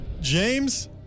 James